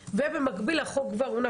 ובמקביל החוק כבר הונח,